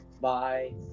bye